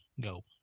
go